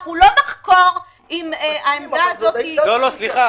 אנחנו לא נחקור אם העמדה הזו היא ------ סליחה,